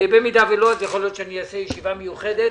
אם לא אז יכול שאעשה ישיבה מיוחדת